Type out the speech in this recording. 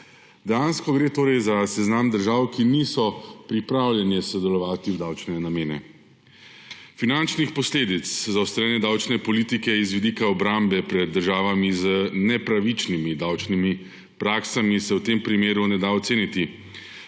Dejansko gre torej za seznam držav, ki niso pripravljene sodelovati v davčne namene. Finančnih posledic zaostrene davčne politike z vidika obrambe pred državami z nepravičnimi davčnimi praksami se v tem primeru ne da oceniti,